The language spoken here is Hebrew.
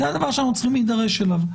זה הדבר שאנחנו צריכים להידרש אליו.